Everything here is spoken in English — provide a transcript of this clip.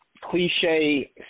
cliche